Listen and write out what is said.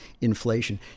inflation